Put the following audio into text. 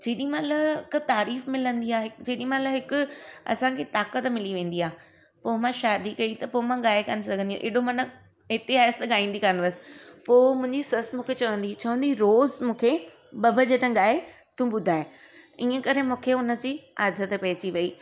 जेॾीमहिल हिक तारीफ़ मिलंदी आहे जेॾीमहिल हिक असांखे ताक़त मिली वेंदी आहे पोइ मां शादी कई त पोइ मां गाइ कोन्ह सघंदी हुई एॾो मन हिते आयसि गाईंदी कोन हुअसि पोइ मुंहिंजी ससु मूंखे चवंदी हुई चवंदी हुई रोज़ मूंखे ॿ भॼन गाइ तू ॿुधाए ईअं करे मूंखे हुनजी आदत पइजी वई